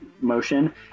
motion